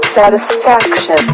Satisfaction